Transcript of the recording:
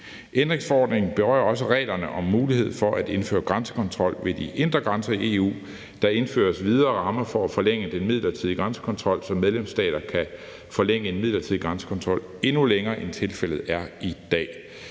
Ændringsforordningen berører også reglerne om mulighed for at indføre grænsekontrol ved de indre grænser i EU. Der indføres videre rammer for at forlænge den midlertidige grænsekontrol, så medlemsstater kan forlænge den midlertidige grænsekontrol, endnu længere end tilfældet er i dag.